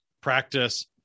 practice